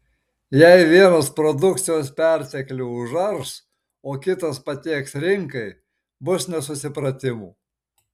jei vienas produkcijos perteklių užars o kitas patieks rinkai bus nesusipratimų